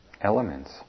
elements